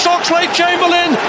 Oxlade-Chamberlain